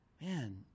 Man